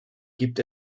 gibt